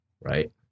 Right